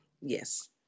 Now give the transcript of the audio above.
yes